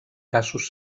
casos